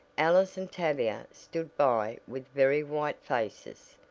alice and tavia stood by with very white faces.